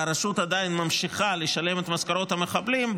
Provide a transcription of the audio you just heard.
והרשות עדיין ממשיכה לשלם את משכורות המחבלים,